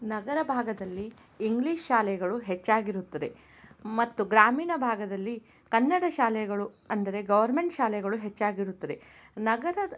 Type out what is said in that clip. ನಗರ ಭಾಗದಲ್ಲಿ ಇಂಗ್ಲೀಷ್ ಶಾಲೆಗಳು ಹೆಚ್ಚಾಗಿರುತ್ತದೆ ಮತ್ತು ಗ್ರಾಮೀಣ ಭಾಗದಲ್ಲಿ ಕನ್ನಡ ಶಾಲೆಗಳು ಅಂದರೆ ಗೌರ್ಮೆಂಟ್ ಶಾಲೆಗಳು ಹೆಚ್ಚಾಗಿರುತ್ತದೆ ನಗರದ